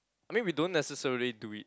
I mean we don't necessarily do it